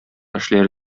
эшләре